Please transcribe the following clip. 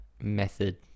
method